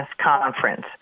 conference